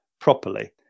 properly